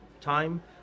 time